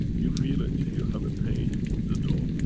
you feel it if you have a pain, the toe,